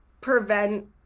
prevent